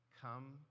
come